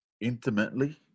Intimately